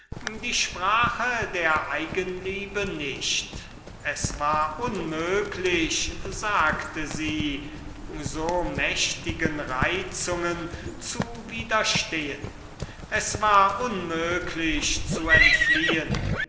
die sprache der eigenliebe nicht es war unmöglich sagte sie unserm helden so mächtigen reizungen zu widerstehen es war unmöglich zu entfliehen